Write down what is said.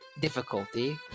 difficulty